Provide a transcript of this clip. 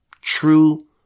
true